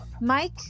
Mike